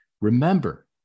Remember